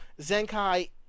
Zenkai